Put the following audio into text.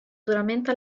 duramente